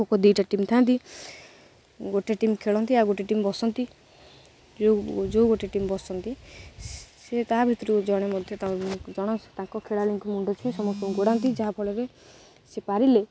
ଖୋଖୋ ଦୁଇ'ଟା ଟିମ୍ ଥାଆନ୍ତି ଗୋଟେ ଟିମ୍ ଖେଳନ୍ତି ଆଉ ଗୋଟେ ଟିମ୍ ବସନ୍ତି ଯୋଉ ଯୋଉ ଗୋଟେ ଟିମ୍ ବସନ୍ତି ସେ ତା ଭିତରୁ ଜଣେ ମଧ୍ୟ ଜଣ ତାଙ୍କ ଖେଳାଳିଙ୍କୁ ମୁଣ୍ଡ ଛୁଇଁ ସମସ୍ତଙ୍କୁ ଗୋଡ଼ାନ୍ତି ଯାହାଫଳରେ ସେ ପାରିଲେ